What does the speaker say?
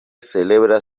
celebra